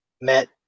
met